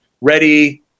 ready